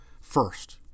first